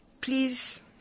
please